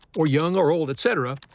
or young or old, etc,